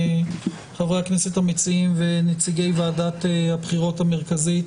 חברי הכנסת המציעים ונציגי ועדת הבחירות המרכזית,